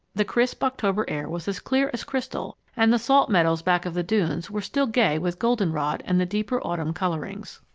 the crisp october air was as clear as crystal and the salt meadows back of the dunes were still gay with goldenrod and the deeper autumn colorings.